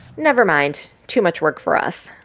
never mind too much work for us.